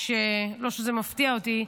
לא שזה מפתיע אותי,